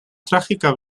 trágica